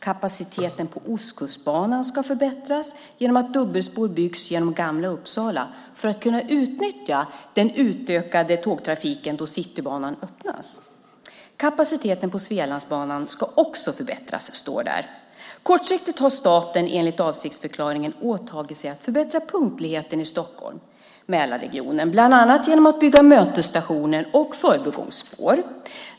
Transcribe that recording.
Kapaciteten på Ostkustbanan ska förbättras genom att dubbelspår byggs genom Gamla Uppsala för att man ska kunna utnyttja den utökade tågtrafiken då Citybanan öppnas. Det står också att kapaciteten på Svealandsbanan ska förbättras. Kortsiktigt har staten enligt avsiktsförklaringen åtagit sig att förbättra punktligheten i Stockholm-Mälarregionen, bland annat genom att bygga mötesstationer och förbigångsspår.